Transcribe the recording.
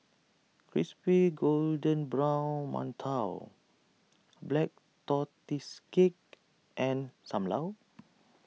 Crispy Golden Brown Mantou Black Tortoise Cake and Sam Lau